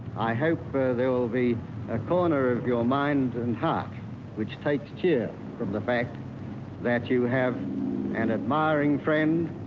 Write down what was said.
i hope there will be a corner of your mind and heart which takes cheer from the fact that you have an admiring friend,